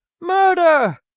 murder!